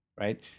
right